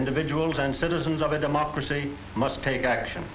individuals and citizens of a democracy must take action